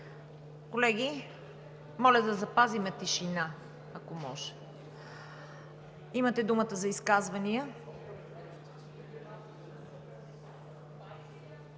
Колеги, моля да запазим тишина! Имате думата за изказвания.